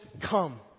come